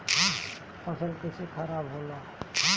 फसल कैसे खाराब होला?